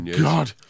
god